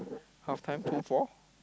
halftime two four